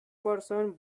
person